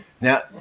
Now